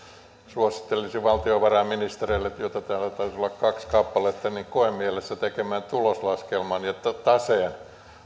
suosittelisin valtiovarainministeriä joita täällä taisi olla kaksi kappaletta koemielessä tekemään tuloslaskelman ja taseen